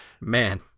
Man